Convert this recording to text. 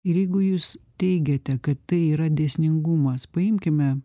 ir jeigu jūs teigiate kad tai yra dėsningumas paimkime